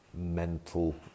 mental